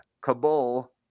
Kabul